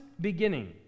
beginning